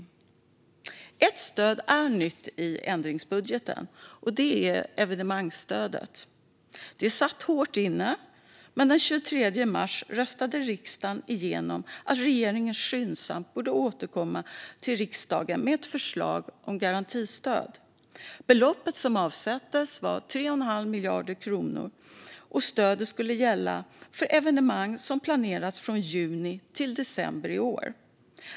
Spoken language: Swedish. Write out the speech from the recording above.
Ett stöd är nytt i ändringsbudgeten: evenemangsstödet. Det satt långt inne, men den 23 mars röstade riksdagen igenom att regeringen skyndsamt borde återkomma till riksdagen med ett förslag om garantistöd. Beloppet som avsattes var 3 1⁄2 miljarder kronor, och stödet skulle gälla för evenemang som planerats från juni till december i år.